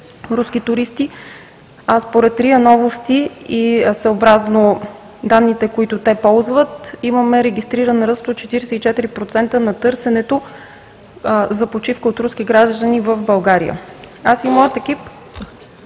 руски туристи, а според РИА Новости и съобразно данните, които те ползват, имаме регистриран ръст от 44% на търсенето за почивка от руски граждани в България. (Председателят